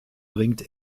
bringt